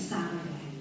Saturday